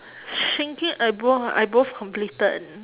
shingen I bo~ I both completed